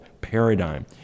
Paradigm